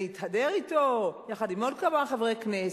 ולהתהדר אתו, יחד עם עוד כמה חברי כנסת.